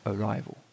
Arrival